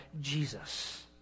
Jesus